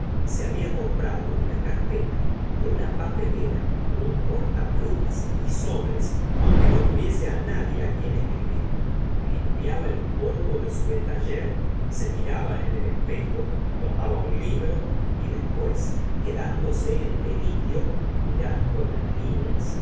se había comprado una carpeta una papelera un porta plumas y sobres aunque no tuviese nadie quien escribir limpiaba el polvo su etagere se miraba en el espejo tomaba un libro y después quedándose en deliquio mirando las lineas